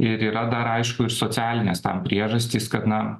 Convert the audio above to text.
ir yra dar aišku ir socialinės priežastys kad na